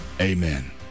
amen